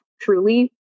truly